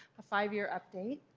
a five-year update.